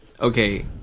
Okay